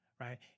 right